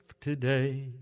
today